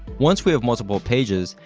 once we have multiple pages,